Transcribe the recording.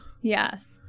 Yes